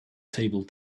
table